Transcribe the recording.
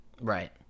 Right